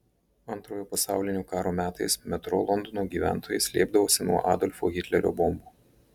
antrojo pasaulinio karo metais metro londono gyventojai slėpdavosi nuo adolfo hitlerio bombų